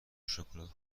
شکلات